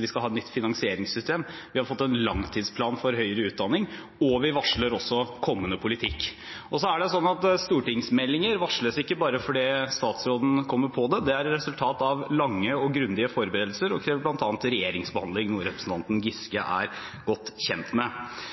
Vi skal ha et nytt finansieringssystem. Vi har fått en langtidsplan for høyere utdanning, og vi varsler også kommende politikk. Stortingsmeldinger varsles ikke bare fordi statsråden kommer på det. Det er et resultat av lange og grundige forberedelser og krever bl.a. regjeringsbehandling, noe som representanten Giske er godt kjent med.